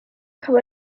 cavo